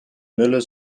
mulle